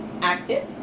active